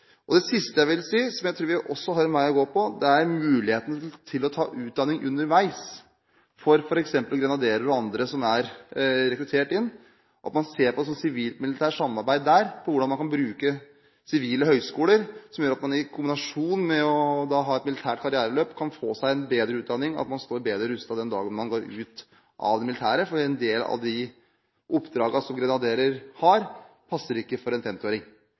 Det siste jeg vil si, og der jeg tror vi også har en vei å gå, gjelder muligheten for f.eks. grenaderer og andre som er rekruttert inn, til å ta utdanning underveis, at man ser på sivilt–militært samarbeid, ser på hvordan man kan bruke sivile høyskoler, slik at man i kombinasjon med et militært karriereløp kan få seg en bedre utdanning, og at man slik står bedre rustet den dagen man går ut av det militære. En del av de oppdragene som grenaderer har, passer ikke for en